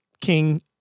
king